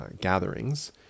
gatherings